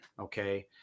okay